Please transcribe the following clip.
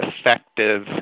effective